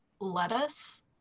Lettuce